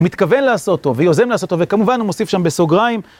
מתכוון לעשותו, ויוזם לעשותו, וכמובן הוא מוסיף שם בסוגריים.